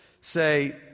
say